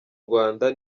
rwanda